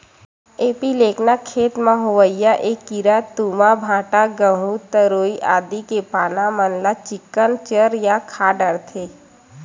एपीलेकना खेत म होवइया ऐ कीरा तुमा, भांटा, गहूँ, तरोई आदि के पाना मन ल चिक्कन चर या खा डरथे